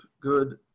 good